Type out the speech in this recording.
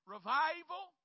Revival